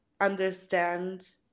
understand